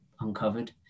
uncovered